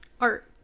art